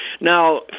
Now